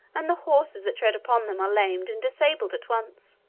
and the horses that tread upon them are lamed and disabled at once.